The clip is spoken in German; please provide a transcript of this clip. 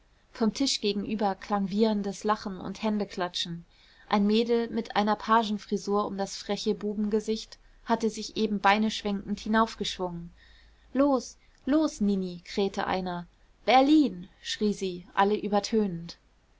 vom tisch gegenüber klang wieherndes lachen und händeklatschen ein mädel mit einer pagenfrisur um das freche bubengesicht hatte sich eben beineschwenkend hinaufgeschwungen los los nini krähte einer berlin schrie sie alle übertönend